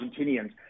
Argentinians